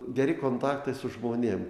geri kontaktai su žmonėm